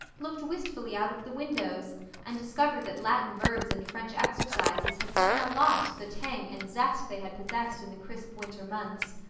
looked wistfully out of the windows and discovered that latin verbs and french exercises had somehow lost the tang and zest they had possessed in the crisp winter months.